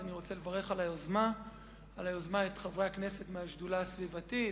אז אני רוצה לברך על היוזמה את חברי הכנסת מהשדולה הסביבתית,